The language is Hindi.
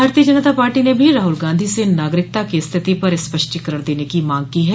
भारतीय जनता पार्टी ने भी राहुल गांधी से नागरिकता की स्थिति पर स्पष्टीकरण देने की मांग की है